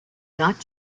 not